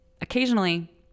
occasionally